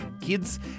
Kids